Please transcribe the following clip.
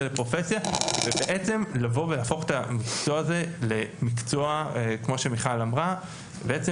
לפרופסיה ובעצם לבוא ולהפוך את המקצוע הזה כמו שמיכל אמרה בעצם